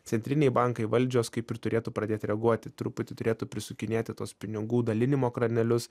centriniai bankai valdžios kaip ir turėtų pradėt reaguoti truputį turėtų prisukinėti tuos pinigų dalinimo kranelius